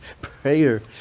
Prayer